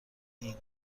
این